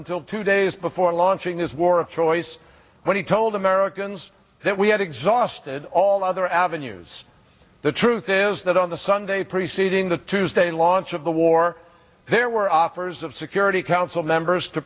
until two days before launching his war of choice when he told americans that we had exhausted all other avenues the truth is that on the sunday preceding the tuesday launch of the war there were offers of security council members to